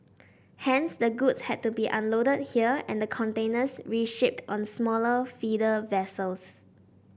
hence the goods had to be unloaded here and the containers reshipped on smaller feeder vessels